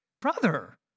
Brother